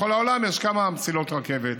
בכל העולם יש כמה מסילות רכבת.